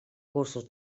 cursos